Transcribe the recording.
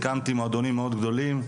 הקמתי מועדונים מאוד גדולים,